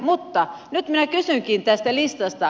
mutta nyt minä kysynkin tästä listasta